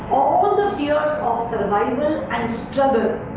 all the fears of survival and struggles